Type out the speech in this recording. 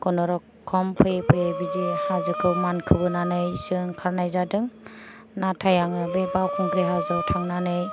खुनुरुखुम फैयै फैयै बिदि हाजोखौ मानखोबोनानै सो ओंखारनाय जादों नाथाय आङो बे बावखुंग्रि हाजोआव थांनानै